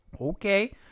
Okay